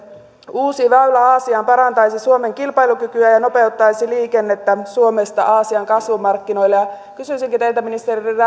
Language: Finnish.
uusi väylä aasiaan parantaisi suomen kilpailukykyä ja nopeuttaisi liikennettä suomesta aasian kasvumarkkinoille kysyisinkin teiltä ministeri